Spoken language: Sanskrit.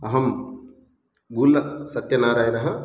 अहं गुल्लसत्यनारायणः